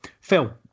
Phil